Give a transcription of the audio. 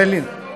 תן לי.